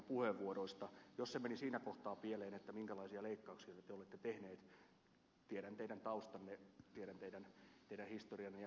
ehkä se meni siinä kohtaa pieleen minkälaisia leikkauksia te olette tehnyt tiedän teidän taustanne tiedän teidän historianne ja kokemuksenne